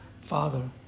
Father